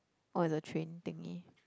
oh at the train thingy